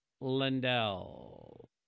Lindell